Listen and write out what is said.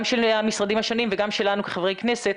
גם של המשרדים השונים וגם שלנו כחברי כנסת,